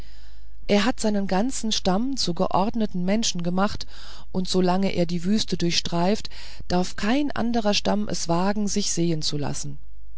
er hat seinen ganzen stamm zu geordneten menschen gemacht und solange er die wüste durchstreift darf kein anderer stamm es wagen sich sehen zu lassen